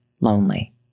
lonely